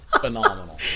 phenomenal